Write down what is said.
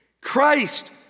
Christ